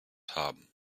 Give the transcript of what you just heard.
haben